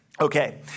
Okay